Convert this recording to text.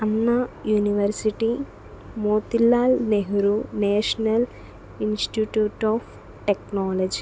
Anna university Motilal Nehru institute of technology